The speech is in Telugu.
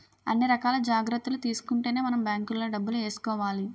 అన్ని రకాల జాగ్రత్తలు తీసుకుంటేనే మనం బాంకులో డబ్బులు ఏసుకోవాలి